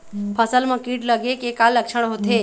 फसल म कीट लगे के का लक्षण होथे?